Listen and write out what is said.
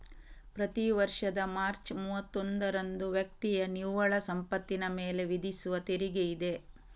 ಪ್ರತಿ ವರ್ಷದ ಮಾರ್ಚ್ ಮೂವತ್ತೊಂದರಂದು ವ್ಯಕ್ತಿಯ ನಿವ್ವಳ ಸಂಪತ್ತಿನ ಮೇಲೆ ವಿಧಿಸುವ ತೆರಿಗೆಯಿದೆ